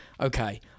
Okay